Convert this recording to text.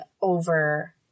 over